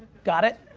got it?